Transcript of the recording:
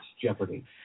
Jeopardy